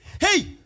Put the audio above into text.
hey